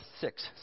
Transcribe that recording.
six